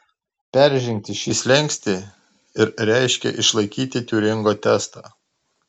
peržengti šį slenkstį ir reiškė išlaikyti tiuringo testą